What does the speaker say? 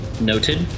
Noted